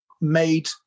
made